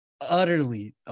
utterly